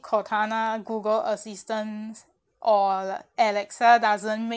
cortana google assistant or alexa doesn't make